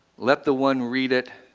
let the one read it.